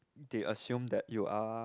they assume that you are